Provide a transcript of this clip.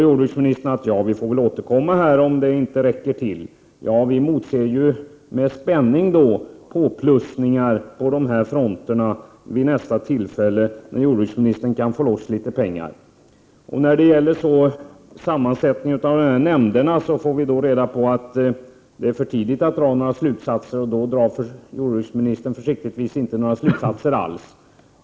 Jordbruksministern säger att man får återkomma om det inte räcker till. Vi emotser med spänning påplussningar på dessa fronter vid nästa tillfälle när jordbruksministern kan få loss litet pengar. När det gäller sammansättningen av de djurförsöksetiska nämnderna får vi reda på att det är för tidigt att dra några slutsatser. Jordbruksministern drar då försiktigtvis inte några slutsatser alls.